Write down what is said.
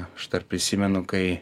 aš dar prisimenu kai